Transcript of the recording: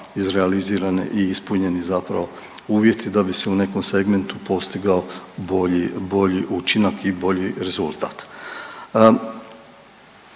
realizirane i ispunjeni zapravo uvjeti da bi se u nekom segmentu postigao bolji, bolji učinak i bolji rezultat.